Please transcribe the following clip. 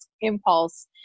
impulse